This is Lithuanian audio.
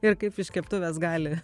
ir kaip iš keptuvės gali